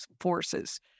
forces